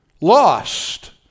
Lost